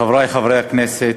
חברי חברי הכנסת,